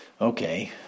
Okay